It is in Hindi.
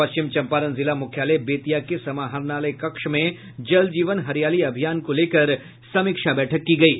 पश्चिम चंपारण जिला मुख्यालय बेतिया के समाहरणालय कक्ष में जल जीवन हरियाली अभियान को लेकर समीक्षा बैठक की गयी